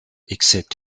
except